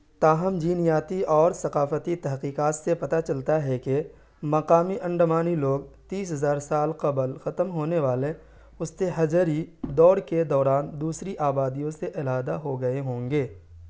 تاہم جینیاتی اور ثقافتی تحقیقات سے پتہ چلتا ہے کہ مقامی انڈمانی لوگ تیس ہزار سال قبل ختم ہونے والے وسط حجری دور کے دوران دوسری آبادیوں سے علاحدہ ہو گئے ہوں گے